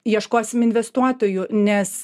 ieškosim investuotojų nes